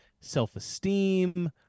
self-esteem